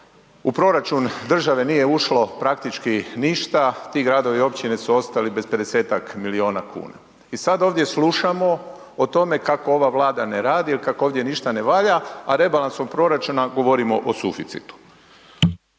U proračun države nije ušlo praktički ništa, ti gradovi i općine su ostali bez 50-tak milijuna kuna. I sad ovdje slušamo o tome kako ova Vlada ne radi jer kako ovdje ništa ne valja, a rebalansom proračuna govorimo o suficitu.